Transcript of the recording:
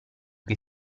che